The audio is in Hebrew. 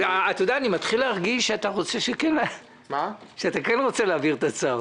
אני מתחיל להרגיש שאתה כן רוצה להעביר את הצו.